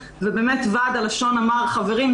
ובאמת ועד הלשון אמר: חברים,